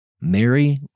Mary